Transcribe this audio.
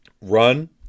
run